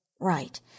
Right